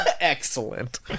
Excellent